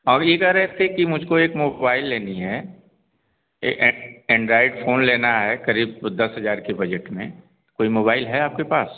हम यह कहे रहे थे कि मुझको एक मोबाइल लेनी है एंड्रॉइड फोन लेना है करीब दस हज़ार के बजट में कोई मोबाइल है आपके पास